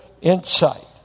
insight